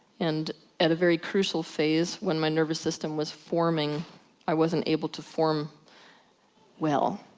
and at a very crucial phase, when my nervous system was forming i wasn't able to form well.